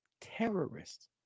terrorists